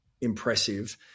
impressive